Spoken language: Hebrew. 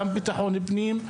גם של ביטחון פנים,